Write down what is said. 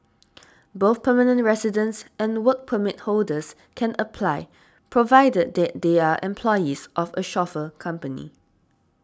both permanent residents and Work Permit holders can apply provided that they are employees of a chauffeur company